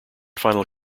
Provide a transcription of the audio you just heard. final